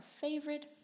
favorite